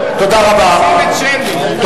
אולי תעזור לי לחפש אותה.